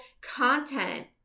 content